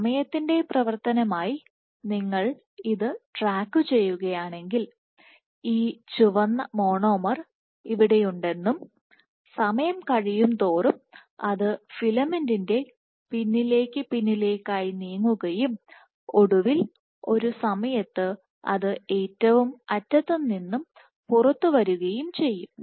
സമയത്തിന്റെ പ്രവർത്തനമായി നിങ്ങൾ ഇത് ട്രാക്കു ചെയ്യുകയാണെങ്കിൽ ഈ ചുവന്ന മോണോമർ ഇവിടെയുണ്ടെന്നും സമയം കഴിയുന്തോറും അത് ഫിലമെന്റ് പിന്നിലേക്ക് പിന്നിലേക്ക് ആയി നീങ്ങുകയും ഒടുവിൽ ഒരു സമയത്ത് അത് ഏറ്റവും അറ്റത്തുനിന്നും പുറത്തുവരുകയും ചെയ്യും